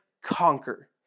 conquer